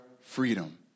freedom